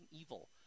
evil